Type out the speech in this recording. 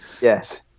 Yes